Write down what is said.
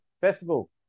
Festival